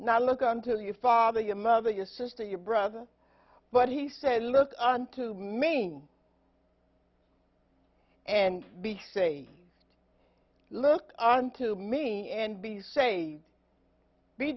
not look until your father your mother your sister your brother but he said look on to maine and behave look unto me and be saved